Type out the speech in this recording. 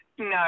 No